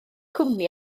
cwmni